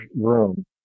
room